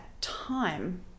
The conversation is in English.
time